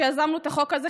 שיזמנו את החוק הזה,